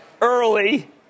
Early